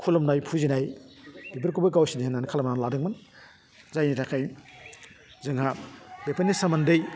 खुलुनाय फुजिनाय बेफोरखौबो गावसिनि होन्नानै खालामना लादोंमोन जायनि थाखाय जोंहा बेफोरनि सोमोन्दै